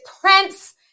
Prince